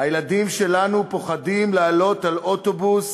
הילדים שלנו פוחדים לעלות על אוטובוס,